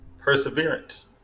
perseverance